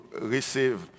receive